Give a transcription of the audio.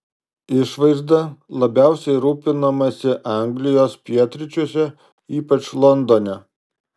išvaizda labiausiai rūpinamasi anglijos pietryčiuose ypač londone